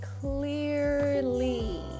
clearly